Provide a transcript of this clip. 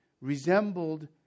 resembled